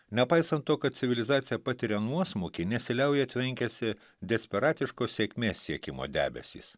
nepaisant to kad civilizacija patiria nuosmukį nesiliauja tvenkęsi desperatiško sėkmės siekimo debesys